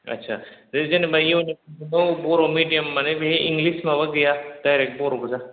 आदसा बे जेनेबा इउएन एकाडेमिआव बर' मिडियाम मानि बेहाय इंलिस माबा गैया दाइरेक बर' गोजा